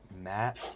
Matt